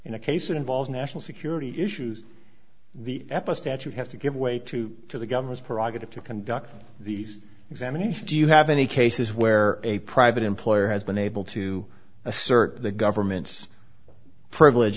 in a case that involves national security issues the epistatic has to give way to to the governor's prerogative to conduct these examination do you have any cases where a private employer has been able to assert the government's privilege